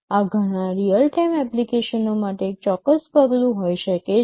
આ ઘણા real time એપ્લિકેશનો માટે એક ચોક્કસ પગલું હોઈ શકે છે